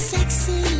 Sexy